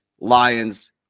Lions